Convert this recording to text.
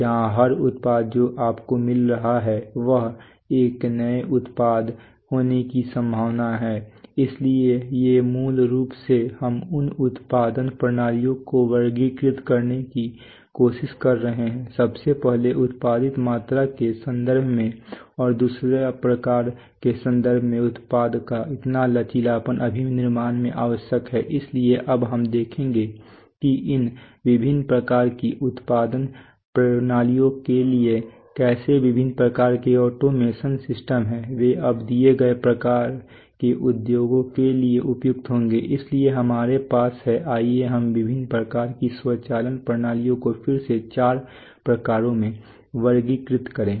जहां हर उत्पाद जो आपको मिल रहा है वह एक नया उत्पाद होने की संभावना है इसलिए ये मूल रूप से हम इन उत्पादन प्रणालियों को वर्गीकृत करने की कोशिश कर रहे हैं सबसे पहले उत्पादित मात्रा के संदर्भ में और दूसरा प्रकार के संदर्भ में उत्पाद का इतना लचीलापन अभी निर्माण में आवश्यक है इसलिए अब हम देखेंगे कि इन विभिन्न प्रकार की उत्पादन प्रणालियों के लिए कैसे विभिन्न प्रकार के ऑटोमेशन सिस्टम हैं वे अब दिए गए प्रकार के उद्योगों के लिए उपयुक्त होंगे इसलिए हमारे पास है आइए हम विभिन्न प्रकार की स्वचालन प्रणालियों को फिर से चार प्रकारों में वर्गीकृत करें